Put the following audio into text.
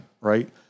Right